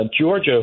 Georgia